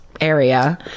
area